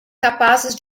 capazes